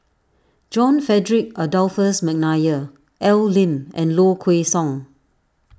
John Frederick Adolphus McNair Al Lim and Low Kway Song